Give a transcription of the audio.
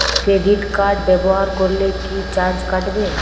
Credit card ব্যাবহার করলে কি চার্জ কাটবে?